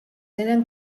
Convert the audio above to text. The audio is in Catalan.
eren